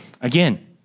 again